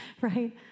right